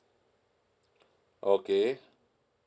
okay